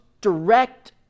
direct